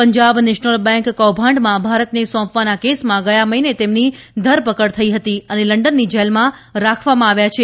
Punjab national bank કૌભાંડમાં ભારતને સોંપવાના કેસમાં ગયા મહિને તેમની ધરપકડ થઇ હતી અને લંડનની જેલમાં રાખવામાં આવ્યા છે